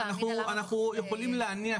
אנחנו יכולים להניח,